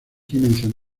son